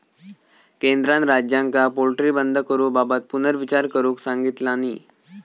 केंद्रान राज्यांका पोल्ट्री बंद करूबाबत पुनर्विचार करुक सांगितलानी